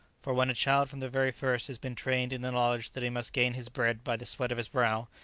for when a child from the very first has been trained in the knowledge that he must gain his bread by the sweat of his brow,